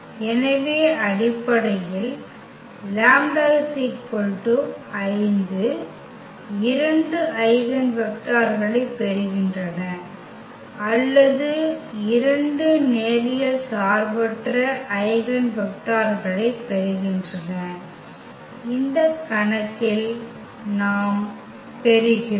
எனவே அடிப்படையில் λ 5 2 ஐகென் வெக்டர்களைப் பெறுகின்றன அல்லது 2 நேரியல் சார்பற்ற ஐகென் வெக்டர்களைக் பெறுகின்றன இந்த கணக்கில் நாம் பெறுகிறோம்